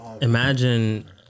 Imagine